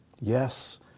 Yes